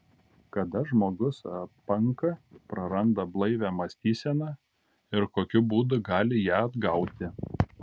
kada žmogus apanka praranda blaivią mąstyseną ir kokiu būdu gali ją atgauti